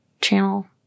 channel